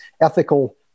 ethical